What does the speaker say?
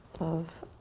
of